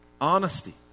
honesty